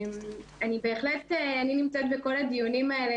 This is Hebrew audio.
אני נמצאת בכל הדיונים האלה,